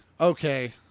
Okay